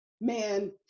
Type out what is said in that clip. man